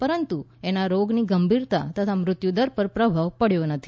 પરંતુ એનો રોગની ગંભીરતા તથા મૃત્યુદર પર પ્રભાવ પડ્યો નથી